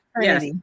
yes